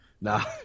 Nah